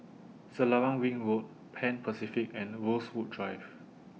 Selarang Ring Road Pan Pacific and Rosewood Drive